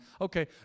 Okay